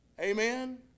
Amen